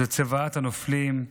זו צוואת הנופלים,